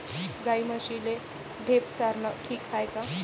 गाई म्हशीले ढेप चारनं ठीक हाये का?